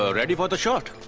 ah ready for the shot?